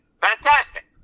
Fantastic